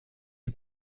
die